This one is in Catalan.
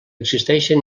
existeixen